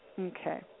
Okay